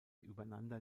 übereinander